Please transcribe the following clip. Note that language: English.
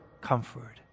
comfort